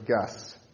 guests